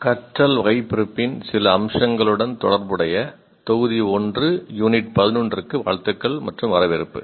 கற்றல் வகைபிரிப்பின் சில அம்சங்களுடன் தொடர்புடைய தொகுதி 1 யூனிட் 11 க்கு வாழ்த்துக்கள் மற்றும் வரவேற்பு